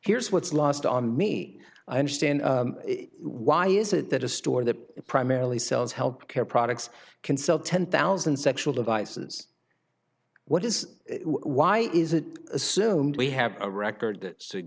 here's what's lost on me i understand why is it that a store that primarily sells help care products can sell ten thousand sexual devices what is why is it assumed we have a record that t